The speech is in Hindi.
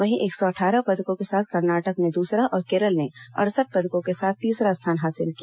वहीं एक सौ अटठारह पदकों के साथ कर्नाटक ने दूसरा और केरल ने अड़सठ पदकों के साथ तीसरा स्थान हासिल किया